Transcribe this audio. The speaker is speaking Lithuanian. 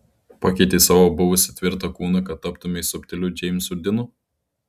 pakeitei savo buvusį tvirtą kūną kad taptumei subtiliu džeimsu dinu